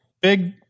Big